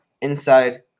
inside